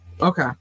okay